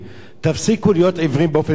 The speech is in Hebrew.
תפסיקו להיות עיוורים באופן מוחלט,